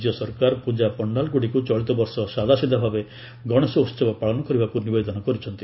ରାଜ୍ୟ ସରକାର ପୂଜା ପଣ୍ଡାଲଗୁଡ଼ିକୁ ଚଳିତବର୍ଷ ସାଦାସିଧା ଭାବେ ଗଣେଶୋହବ ପାଳନ କରିବାକୁ ନିବେଦନ କରିଛନ୍ତି